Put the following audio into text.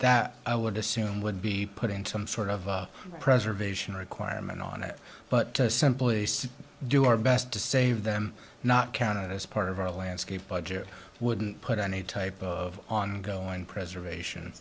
that i would assume would be put in some sort of preservation requirement on it but someplace to do our best to save them not counted as part of our landscape budget wouldn't put any type of ongoing preservation